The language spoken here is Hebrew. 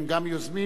הם גם יוזמים,